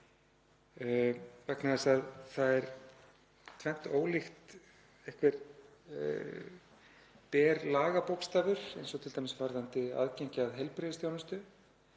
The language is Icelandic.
Vegna þess að það er tvennt ólíkt, einhver ber lagabókstafur eins og t.d. varðandi aðgengi að heilbrigðisþjónustu,